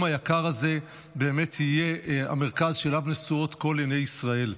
היקר הזה באמת יהיה המרכז שאליו נשואות כל עיניי ישראל.